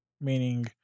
meaning